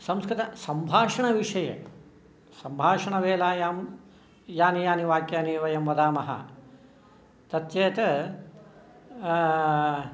संस्कृतसम्भाषणविषये सम्भाषणवेलायां यानि यानि वाक्यानि वयं वदामः तच्चेत्